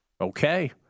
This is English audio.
Okay